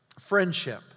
friendship